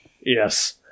Yes